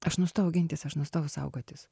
aš nustojau gintis aš nustojau saugotis